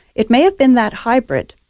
it may have been that hybrid.